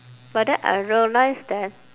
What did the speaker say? but then I realised that